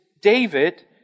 David